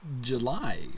July